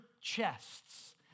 chests